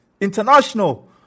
international